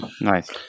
nice